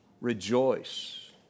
Rejoice